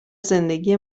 زندگی